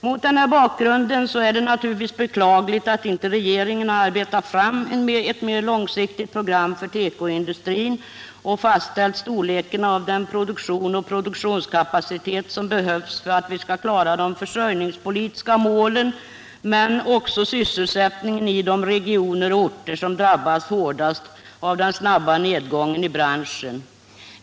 Mot denna bakgrund är det beklagligt att inte regeringen har arbetat fram ett mer långsiktigt program för tekoindustrin och fastställt storleken av den produktion och produktionskapacitet som behövs för att vi skall klara de försörjningspolitiska målen men också sysselsättningen i de regioner och orter som drabbas hårdast av den snabba nedgången i branschen.